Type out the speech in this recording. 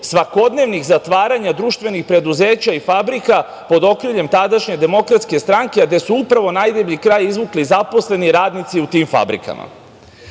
svakodnevnih zatvaranja društvenih preduzeća i fabrika pod okriljem tadašnje Demokratske stranke, gde su upravo najdeblji kraj izvukli zaposleni radnici u tim fabrikama. Srbija